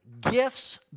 gifts